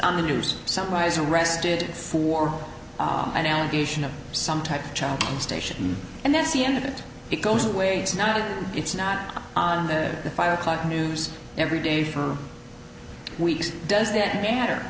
on the news someone is arrested for an allegation of some type of child station and that's the end of it it goes away it's not it's not on the five o'clock news every day for weeks does that matter